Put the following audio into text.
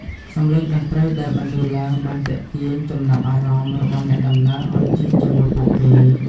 សំឡេងតន្រ្តីដែលបន្លឺឡើងបានទាក់ទាញចំណាប់អារម្មណ៍របស់អ្នកដំណើរឱ្យជិះជាមួយពួកគេ។